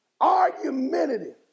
Argumentative